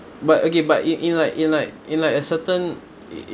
but okay but in in like in like in like a certain in in